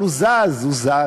אבל הוא זז, הוא זז!'